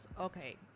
okay